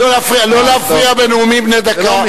לא להפריע בנאומים בני דקה.